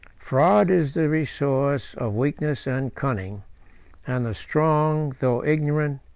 fraud is the resource of weakness and cunning and the strong, though ignorant,